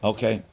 Okay